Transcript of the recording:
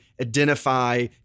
identify